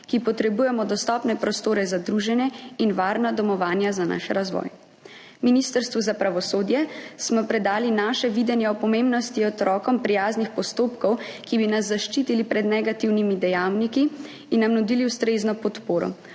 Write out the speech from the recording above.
ki potrebujemo dostopne prostore za druženje in varna domovanja za naš razvoj. Ministrstvu za pravosodje smo predali naše videnje o pomembnosti otrokom prijaznih postopkov, ki bi nas zaščitili pred negativnimi dejavniki in nam nudili ustrezno podporo.